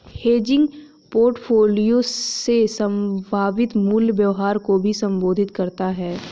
hedging portfolio में संभावित मूल्य व्यवहार को भी संबोधित करता हैं